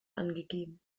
angegeben